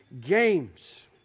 Games